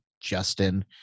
Justin